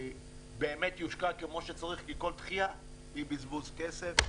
באמת יושקע כמו שצריך כי כל דחייה היא בזבוז כסף.